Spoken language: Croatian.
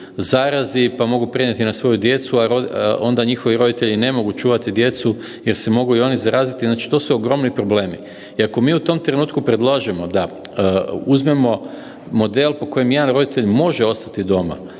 zarazi pa mogu prenijeti na svoju djecu, a onda njihovi roditelji ne mogu čuvati djecu jer se mogu i oni zaraziti, znači to su ogromni problemi. I ako mi u tom trenutku predložimo da uzmemo model po kojem jedan roditelj može ostati doma